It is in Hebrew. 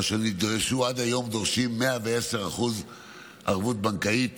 אשר נדרשו, עד היום דורשים 110% ערבות בנקאית